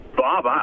Bob